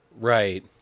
Right